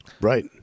Right